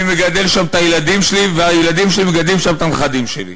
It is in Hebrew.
אני מגדל שם את הילדים שלי והילדים מגדלים שם את הנכדים שלי.